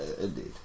Indeed